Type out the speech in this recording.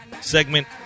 segment